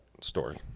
Story